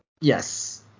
Yes